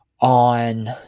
on